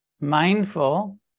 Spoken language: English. mindful